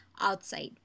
outside